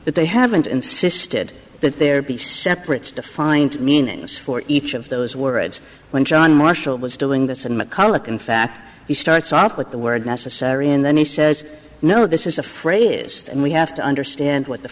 but they haven't insisted that there be separate defined meanings for each of those words when john marshall was doing this in mcculloch in fact he starts off with the word necessary and then he says no this is a phrase is and we have to understand what the